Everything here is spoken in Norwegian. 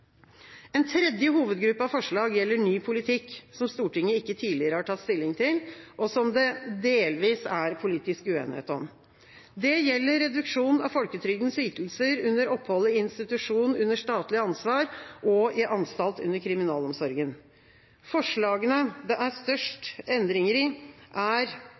En tredje hovedgruppe av forslag gjelder ny politikk som Stortinget ikke tidligere har tatt stilling til, og som det delvis er politisk uenighet om. Det gjelder reduksjon av folketrygdens ytelser under opphold i institusjon under statlig ansvar og i anstalt under kriminalomsorgen. Ytelsene som har størst endringer, er